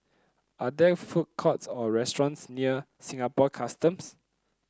are there food courts or restaurants near Singapore Customs